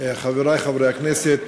חברי חברי הכנסת,